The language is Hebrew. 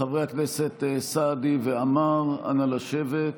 חברי הכנסת סעדי ועמאר, אנא, לשבת.